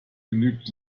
genügt